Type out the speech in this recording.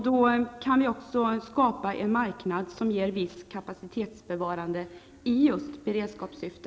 Då kan vi också skapa en marknad som ger ett visst kapacitetsbevarande, just i beredskapssyfte.